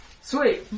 sweet